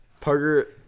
Parker